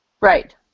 Right